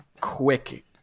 quick